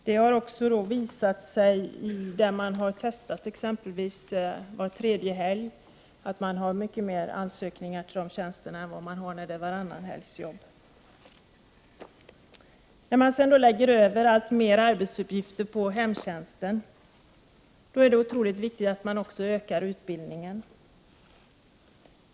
Det har också visat sig där det har gjorts försök exempelvis med arbete var tredje helg, att det finns många fler ansökningar till de tjänsterna än till tjänster med varannanhelgsjobb. När allt fler arbetsuppgifter läggs över på hemtjänsten, är det otroligt viktigt att också öka utbildningen.